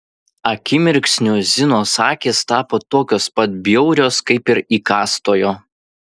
akimirksniu zinos akys tapo tokios pat bjaurios kaip ir įkąstojo